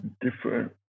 different